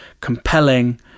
compelling